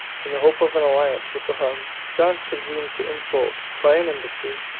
and the hope of an alliance with the huns, john presumed to insult, by an embassy,